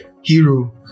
hero